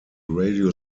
radio